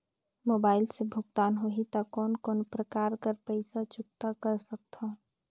Mobile से भुगतान होहि त कोन कोन प्रकार कर पईसा चुकता कर सकथव?